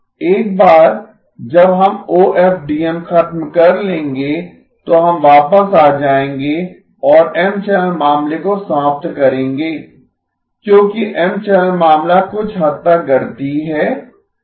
एक बार जब हम ओएफडीएम खत्म कर लेंगें तो हम वापस आ जाएंगे और M चैनल मामले को समाप्त करेंगें क्योंकि M चैनल मामला कुछ हद तक गणितीय है